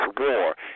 war